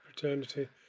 fraternity